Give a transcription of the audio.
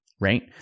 Right